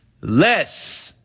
Less